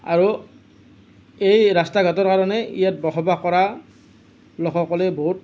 আৰু এই ৰাস্তা ঘাটৰ কাৰণেই ইয়াত বসবাস কৰা লোকসকলে বহুত